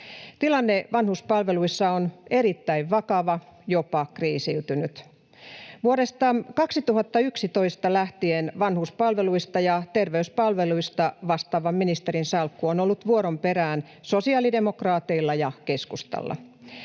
Tilanne vanhuspalveluissa on erittäin vakava, jopa kriisiytynyt. Vuodesta 2011 lähtien vanhuspalveluista ja terveyspalveluista vastaavan ministerin salkku on ollut vuoron perään sosiaalidemokraateilla ja keskustalla.